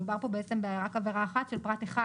מדובר בעבירה אחת של פרט (1)